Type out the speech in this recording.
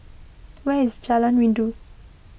where is Jalan Rindu